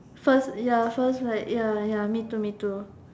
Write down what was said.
first ya first like ya ya me too me too